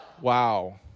Wow